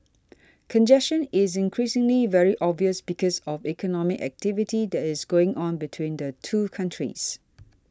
congestion is increasingly very obvious because of economic activity that is going on between the two countries